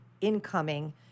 incoming